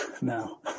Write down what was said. No